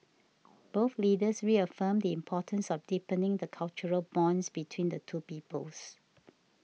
both Leaders reaffirmed the importance of deepening the cultural bonds between the two peoples